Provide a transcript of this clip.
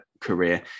career